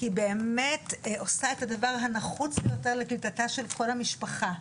היא באמת עושה את הדבר הנחוץ ביותר לקליטתה של כל המשפחה.